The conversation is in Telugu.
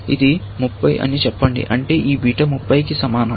ఇది 30 అని చెప్పండి అంటే ఈ బీటా 30 కి సమానం